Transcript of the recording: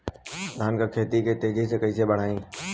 धान क खेती के तेजी से कइसे बढ़ाई?